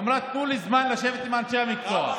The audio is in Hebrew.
היא אמרה: תנו לי זמן לשבת עם אנשי המקצוע,